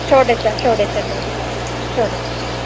षोडश षोडश भवति षोडश अस्तु